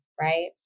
right